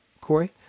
Corey